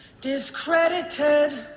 discredited